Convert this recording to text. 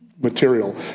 material